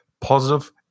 positive